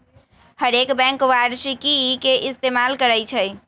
हरेक बैंक वारषिकी के इस्तेमाल करई छई